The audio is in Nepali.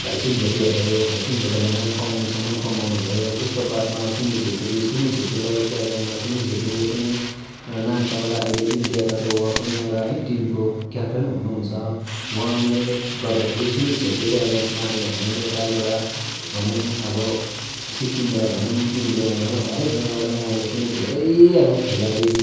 भाइचुङ भुटिया भयो भाइचुङ भुटियाले नाम कमाउनसम्म कमाउनु भयो उसको बादमा सुनील क्षेत्री सुनील क्षेत्रीलाई उसको एगेन्स्टमा सुनील क्षेत्रीले पनि एउटा नाम कमाएर अहिले इन्डियाको चाहिँ उहाँ पनि एउटा है टिमको कप्तान हुनुहुन्छ उहाँले गर्दाखेरि सुनील क्षेत्रीको एगेन्स्टमा अहिले हाम्रो नेपालबाट भनौँ अब सिक्किमबाट भनौँ इन्डियाबाट भनौँ हरेक जग्गाबाट उहाँले पनि धेरै अब खेलाडी